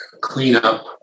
cleanup